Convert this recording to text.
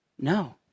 No